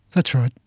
that's right.